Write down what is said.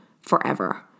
forever